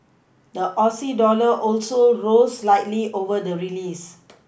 the Aussie dollar also rose slightly over the release